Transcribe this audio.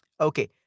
Okay